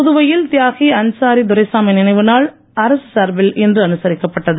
புதுவையில் தியாகி அன்சாரி துரைசாமி நினைவு நாள் அரசு சார்பில் இன்று அனுசரிக்கப்பட்டது